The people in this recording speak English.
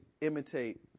imitate